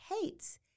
hates